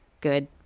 good